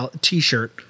t-shirt